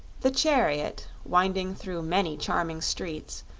the chariot, winding through many charming streets,